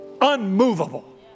unmovable